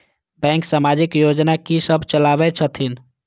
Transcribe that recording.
Bank समाजिक योजना की सब चलावै छथिन?